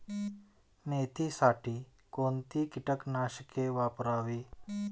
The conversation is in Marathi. मेथीसाठी कोणती कीटकनाशके वापरावी?